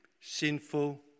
sinful